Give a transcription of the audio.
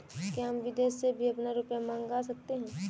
क्या हम विदेश से भी अपना रुपया मंगा सकते हैं?